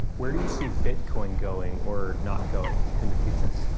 where do you see bit coin going or not going in the future?